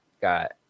got